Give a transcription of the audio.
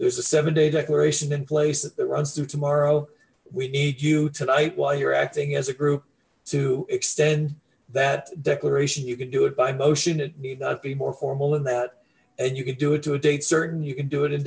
there's a seven day declaration in place that runs through tomorrow we need you tonight while you're acting as a group to extend that declaration you can do it by motion and need not be more formal than that and you can do it to a date certain you can do it ind